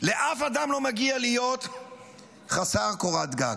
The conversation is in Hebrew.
לאף אדם לא מגיע להיות חסר קורת גג.